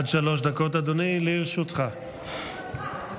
עד שלוש דקות, לרשותך, אדוני.